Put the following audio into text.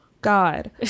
God